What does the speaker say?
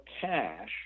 cash